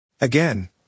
Again